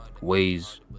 ways